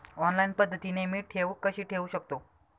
Online पद्धतीने मी ठेव कशी ठेवू शकतो?